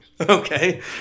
okay